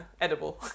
Edible